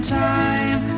time